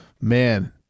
Man